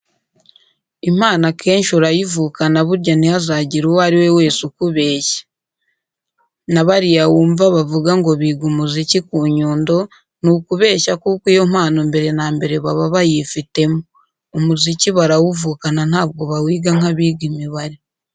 Impano akenshi urayivukana burya ntihazagire uwo ari we wese ukubeshya! Na bariya wumva bavuga ngo biga umuziki ku Nyundo ni ukubeshya kuko iyo mpano mbere na mbere baba bayifitemo. Umuziki barawuvukana ntabwo bawiga nk'abiga imibare.